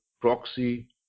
proxy